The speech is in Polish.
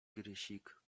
grysik